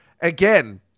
Again